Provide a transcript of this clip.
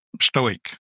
stoic